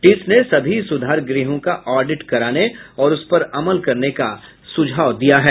TISS ने सभी सुधार गृहों का ऑडिट कराने और उस पर अमल करने का सुझाव दिया है